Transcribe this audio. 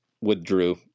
withdrew